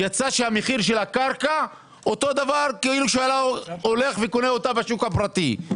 יצא שמחיר הקרקע אותו דבר כאילו היה הולך וקונה אותה בשוק הפרטי.